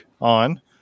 on